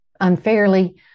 unfairly